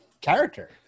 character